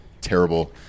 Terrible